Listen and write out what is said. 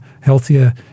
healthier